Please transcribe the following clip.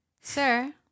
Sir